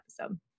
episode